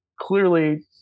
clearly